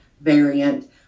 variant